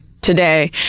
today